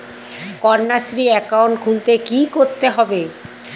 Kanyashree account খুলতে কী করতে হবে?